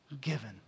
given